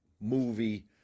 movie